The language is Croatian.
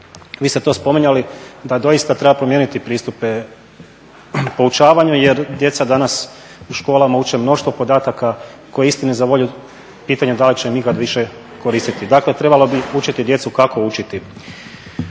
Vi ste to spominjali da doista treba promijeniti pristupe poučavanju jer djeca danas u školama uče mnoštvo podataka koji istini za volju pitanje da li će im ikad više koristiti. Dakle, trebalo bi učiti djecu kako učiti.